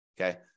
okay